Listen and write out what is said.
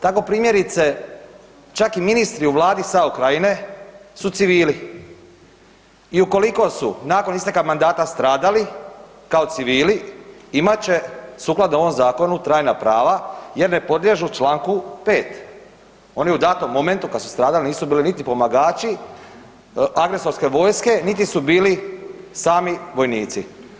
Tako primjerice čak i ministri u vladi SAO Krajine su civili i ukoliko su nakon isteka mandata stradali kao civili imat će sukladno ovom zakonu trajna prava jer ne podliježu Članku 5., oni u datom momentu kad su stradali nisu bili niti pomagači agresorske vojske niti su bili sami vojnici.